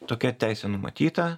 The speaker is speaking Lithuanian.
tokia teisė numatyta